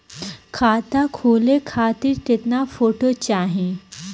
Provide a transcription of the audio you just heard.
खाता खोले खातिर केतना फोटो चाहीं?